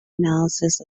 analysis